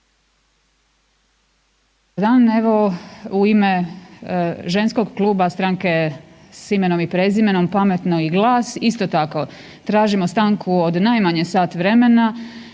u ime ženskog kluba Stranke s imenom i prezimenom, Pametno i GLAS, isto tako, tražimo stanku od najmanje sat vremena